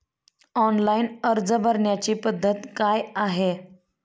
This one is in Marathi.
ऑनलाइन अर्ज भरण्याची पद्धत काय आहे?